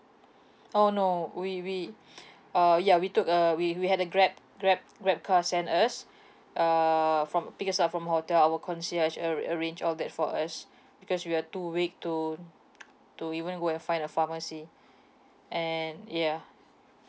oh no we we uh ya we took err we we had a grab grab grabcar send us err from pick us up from hotel our concierge arra~ arrange all that for us because we're too weak to to even go and find a pharmacy and yeah